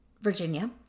Virginia